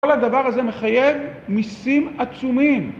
כל הדבר הזה מחייב מיסים עצומים.